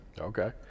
Okay